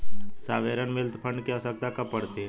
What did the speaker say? Sovereign wealth fund की आवश्यकता कब पड़ती है?